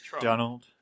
Donald